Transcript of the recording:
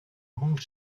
monde